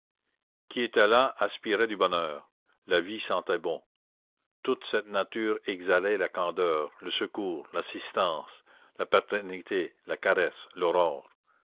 qui était là aspirait du bonheur la vie sentait bon toute cette nature exhalait la candeur le secours l'assistance la paternité la caresse